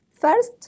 First